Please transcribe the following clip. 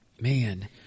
man